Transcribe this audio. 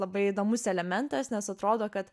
labai įdomus elementas nes atrodo kad